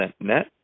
net